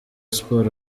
sports